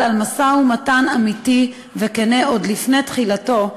על משא-ומתן אמיתי וכן עוד לפני תחילתו,